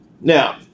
Now